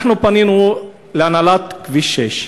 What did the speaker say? אנחנו פנינו להנהלת כביש 6,